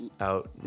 Out